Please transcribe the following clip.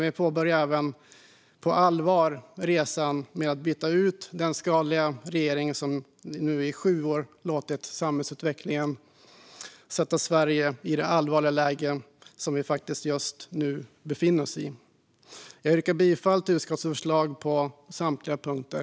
Vi påbörjar även på allvar resan med att byta ut den skadliga regering som i sju år låtit samhällsutvecklingen sätta Sverige i det allvarliga läge som landet just nu befinner sig i. Jag yrkar bifall till utskottets förslag på samtliga punkter.